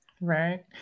Right